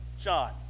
John